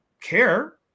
care